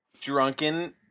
drunken